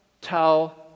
tell